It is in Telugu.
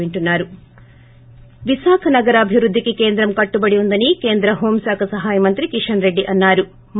బ్రేక్ విశాఖ నగర అభివృద్దికి కేంద్రం కట్టుబడి ఉందని కేంద్ర హోం శాఖ సహాయ మంత్రి కిషన్ రెడ్డి అన్సారు